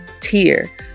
tier